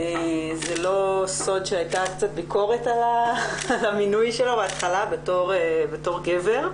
זה לא סוד שהייתה קצת ביקורת על המינוי שלו בהתחלה בתור גבר,